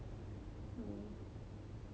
mm